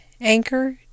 Anchor